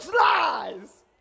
Lies